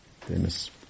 Famous